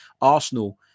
Arsenal